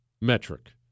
metric